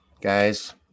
guys